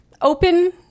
open